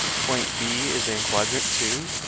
point b is in quadrant two,